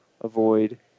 avoid